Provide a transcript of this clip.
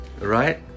Right